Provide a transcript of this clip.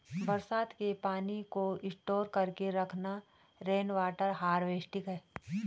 बरसात के पानी को स्टोर करके रखना रेनवॉटर हारवेस्टिंग है